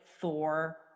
Thor